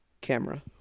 Camera